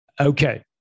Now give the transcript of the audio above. Okay